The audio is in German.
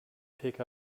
pkw